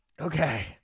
okay